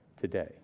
today